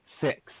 Six